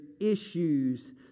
issues